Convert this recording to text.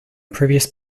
previous